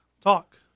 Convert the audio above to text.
talk